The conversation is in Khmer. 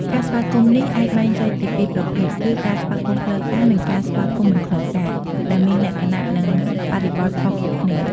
ការស្វាគមន៍នេះអាចបែងចែកជាពីរប្រភេទគឺ ការស្វាគមន៍ផ្លូវការ និង ការស្វាគមន៍មិនផ្លូវការ ដែលមានលក្ខណៈនិងបរិបទខុសៗគ្នា។